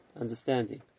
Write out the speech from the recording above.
understanding